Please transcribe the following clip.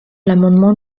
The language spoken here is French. l’amendement